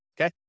okay